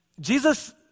Jesus